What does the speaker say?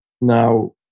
Now